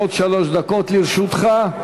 עוד שלוש דקות לרשותך.